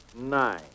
nine